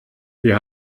wir